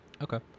Okay